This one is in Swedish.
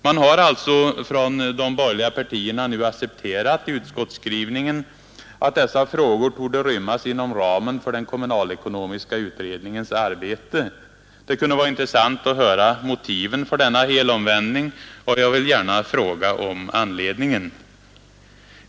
Man har alltså från de borgerliga partierna nu accepterat utskottsskrivningen att dessa frågor torde rymmas inom ramen för den kommunalekonomiska utredningens arbete. Det kunde vara intressant att höra motiven för denna helomvändning, och jag vill gärna fråga om anledningen.